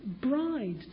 bride